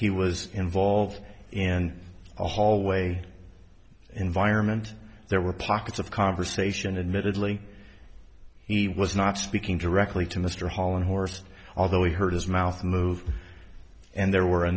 he was involved in a hallway environment there were pockets of conversation admitted lately he was not speaking directly to mr holland horse although he heard his mouth move and there were a